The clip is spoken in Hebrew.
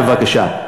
בבקשה.